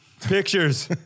pictures